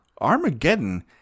armageddon